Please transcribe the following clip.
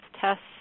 tests